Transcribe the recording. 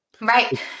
Right